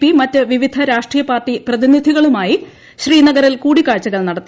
P മറ്റ് വിവിധ രാഷ്ട്രീയ പാർട്ടി പ്രതിനിധികളുമായി ശ്രീനഗറിൽ കൂടിക്കാഴ്ചകൾ നടത്തി